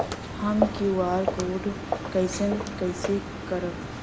हम QR code scan कइसे करब?